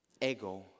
Ego